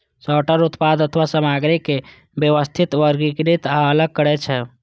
sorter उत्पाद अथवा सामग्री के व्यवस्थित, वर्गीकृत आ अलग करै छै